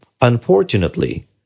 Unfortunately